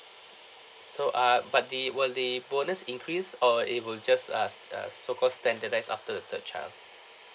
so ah but the will the bonus increase or it will just ah s~ uh so called standardised after the third child